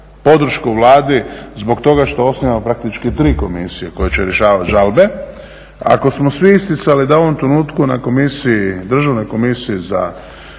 podršku Vladi zbog toga što osnivamo praktički tri komisije koje će rješavati žalbe, ako smo svi isticali da u ovom trenutku na komisiji, Državnoj komisiji za